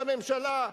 לממשלה,